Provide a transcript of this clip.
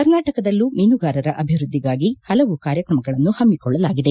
ಕರ್ನಾಟಕದಲ್ಲೂ ಮೀನುಗಾರರ ಅಭಿವೃದ್ಧಿಗಾಗಿ ಹಲವು ಕಾರ್ಯಕ್ರಮಗಳನ್ನು ಹಮ್ನಿಕೊಳ್ಳಲಾಗಿದೆ